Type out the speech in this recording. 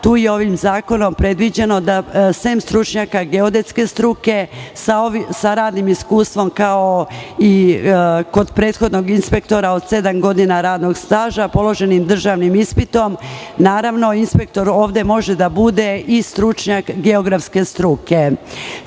tu je ovim zakonom predviđeno da, sem stručnjaka geodetske struke sa radnim iskustvom, kao i kod prethodnog inspektora, od sedam godina radnog staža, položenim državnim ispitom, naravno, inspektor može da bude i stručnjak geografske struke. Svakako